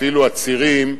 אפילו עצירים,